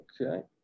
Okay